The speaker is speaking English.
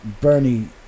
Bernie